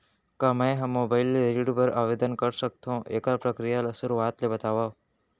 का मैं ह मोबाइल ले ऋण बर आवेदन कर सकथो, एखर प्रक्रिया ला शुरुआत ले बतावव?